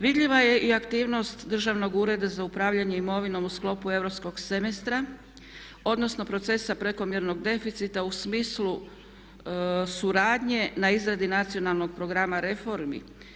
Vidljiva je i aktivnost Državnog ureda za upravljanje imovinom u sklopu europskog semestra odnosno procesa prekomjernog deficita u smislu suradnje na izradi nacionalnog programa reformi.